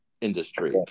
industry